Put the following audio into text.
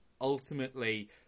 ultimately